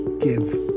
give